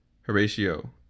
Horatio